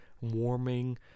warming